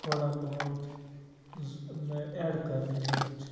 تھوڑا بہت زِ مےٚ ایٚڈ کَرنٕچ ضروٗرت چھِ